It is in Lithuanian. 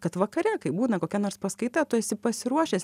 kad vakare kai būna kokia nors paskaita tu esi pasiruošęs